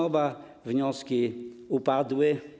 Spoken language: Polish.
Oba wnioski upadły.